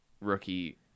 rookie